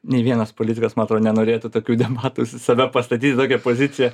nei vienas politikas man atrodo nenorėtų tokių debatų save pastatyt į tokią poziciją